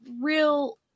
real